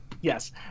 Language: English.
yes